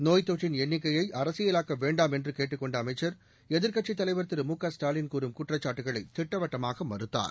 நோய் தொற்றின் எண்ணிக்கையை அரசியலாக்க வேண்டாம் என்று கேட்டுக் கொண்ட அமைச்சா் எதிர்க்கட்சித் தலைவர் திரு மு க ஸ்டாலின் கூறும் குற்றச்சாட்டுக்களை திட்டவட்டமாக மறுத்தார்